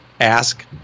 ask